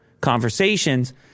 conversations